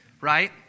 right